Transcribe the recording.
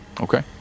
okay